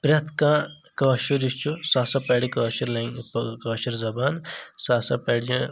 پرٛٮ۪تھ کانٛہہ کأشُر یُس چھ سُہ ہسا پرِ کأشر لینگویج کأشر زبان سُہ ہسا پرِ